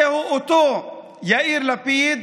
זהו אותו יאיר לפיד